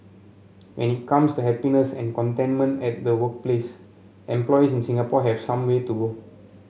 when it comes to happiness and contentment at the workplace employees in Singapore have some way to go